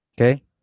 Okay